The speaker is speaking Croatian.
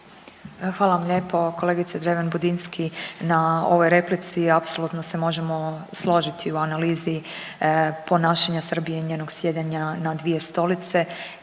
Hvala vam lijepo kolegice Dreven Budinski na ovoj replici i apsolutno se možemo složiti u analizi ponašanje Srbije i njezinog sjedenja na dvije stolice